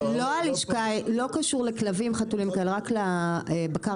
לא הלשכה, לא קשור לכלבים חתולים, רק לבקר.